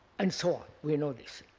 and so on. we know this.